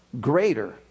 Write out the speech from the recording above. greater